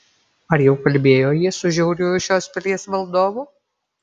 ar jau kalbėjo jie su žiauriuoju šios pilies valdovu